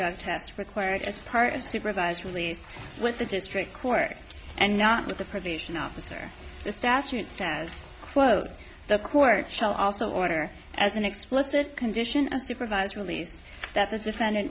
of tests required as part of supervised release with the district court and not with the probation officer the statute says quote the court shall also order as an explicit condition of supervised release that the defendant